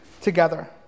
together